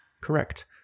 Correct